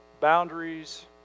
boundaries